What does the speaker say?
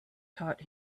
taught